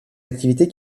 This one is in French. activités